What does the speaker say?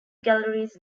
galleries